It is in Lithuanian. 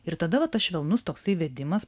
ir tada vat tas švelnus toksai vedimas